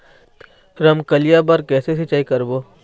रमकलिया बर कइसे सिचाई करबो?